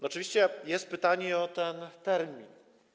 Oczywiście jest pytanie o ten termin.